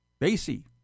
Basie